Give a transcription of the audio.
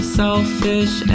selfish